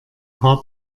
paar